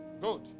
Good